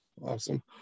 Awesome